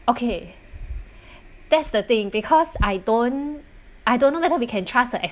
okay that's the thing because I don't I don't know whether we can trust a ex~